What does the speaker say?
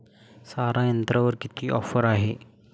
सारा यंत्रावर किती ऑफर आहे?